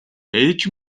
ээж